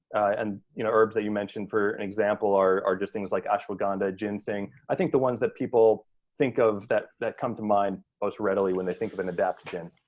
and you know herbs that you mentioned, for an example, are just things like ashwagandha, ginseng. i think the ones that people think of, that that come to mind most readily when they think of an adaptogen.